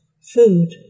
food